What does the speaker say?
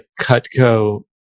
Cutco